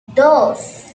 dos